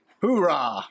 Hoorah